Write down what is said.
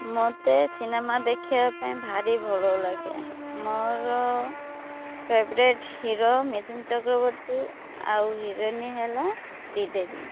ମତେ ସିନେମା ଦେଖିବା ପାଇଁ ଭାରି ଭଲ ଲାଗେ ମୋର ଫେଭରେଟ୍ ହିରୋ ମିିଥୁନ ଚକ୍ରବର୍ତ୍ତୀ ଆଉ ହିରୋଇନୀ ହେଲା ଶ୍ରୀଦେବୀ